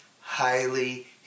highly